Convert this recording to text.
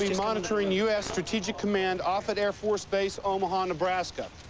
monitoring u s. strategic command off at air force base omaha, nebraska.